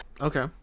Okay